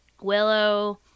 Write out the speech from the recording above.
Willow